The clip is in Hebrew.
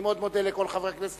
אני מאוד מודה לכל חברי הכנסת.